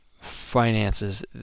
finances